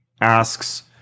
asks